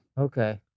Okay